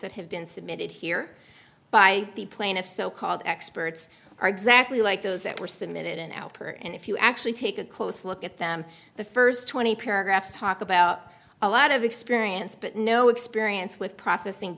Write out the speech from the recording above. that have been submitted here by the plaintiffs so called experts are exactly like those that were submitted in alper and if you actually take a close look at them the first twenty paragraphs talk about a lot of experience but no experience with processing